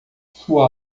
sua